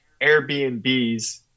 Airbnbs